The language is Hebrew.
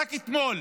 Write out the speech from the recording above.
רק אתמול